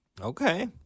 Okay